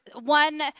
one